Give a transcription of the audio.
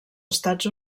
estats